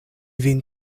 vin